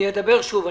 אני אדבר שוב.